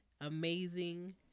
amazing